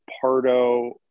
Pardo